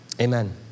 Amen